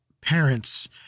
parents